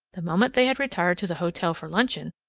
the moment they had retired to the hotel for luncheon,